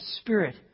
spirit